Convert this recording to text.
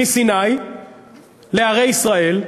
מסיני לערי ישראל,